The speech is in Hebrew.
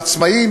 לעצמאים,